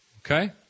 Okay